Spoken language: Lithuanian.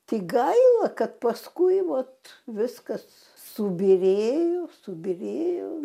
tik gaila kad paskui vot viskas subyrėjo subyrėjo